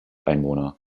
einwohner